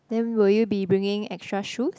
then will you be bringing extra shoes